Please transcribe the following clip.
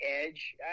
Edge